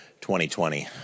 2020